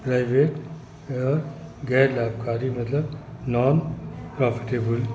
private ऐं या ग़ैर लाभकारी मतिलबु नॉन प्रॉफिटेबल